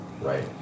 right